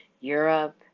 Europe